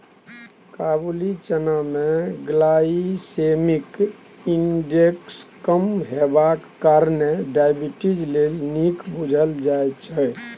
काबुली चना मे glycaemic index कम हेबाक कारणेँ डायबिटीज लेल नीक बुझल जाइ छै